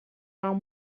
are